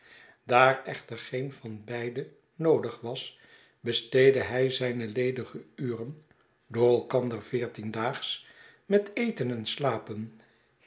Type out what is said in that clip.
daar echter geen van beide noodig was besteedde hij zijne iedige uren door elkander veertien daags met eten en slapen